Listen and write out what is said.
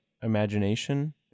imagination